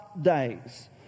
days